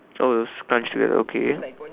oh it's scrunch together okay